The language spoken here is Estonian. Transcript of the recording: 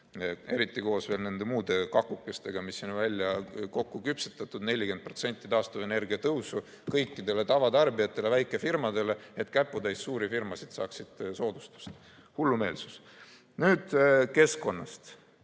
Eriti koos veel nende muude kakukestega, mis siin on kokku küpsetatud, näiteks 40% taastuvenergia tasu tõusu kõikidele tavatarbijatele ja väikefirmadele. Et käputäis suuri firmasid saaksid soodustust! Hullumeelsus! Nüüd keskkonnast.